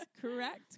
Correct